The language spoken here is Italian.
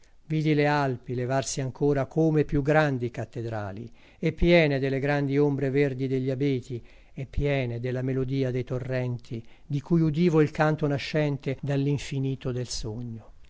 vidi le alpi levarsi ancora come più grandi cattedrali e piene delle grandi ombre verdi degli abeti e piene della melodia dei torrenti di cui udivo il canto nascente dall'infinito del sogno